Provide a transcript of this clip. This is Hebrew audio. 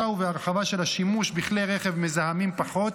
ובהרחבה של השימוש בכלי רכב מזהמים פחות,